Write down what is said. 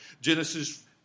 Genesis